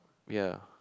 ya